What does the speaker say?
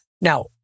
Now